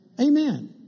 Amen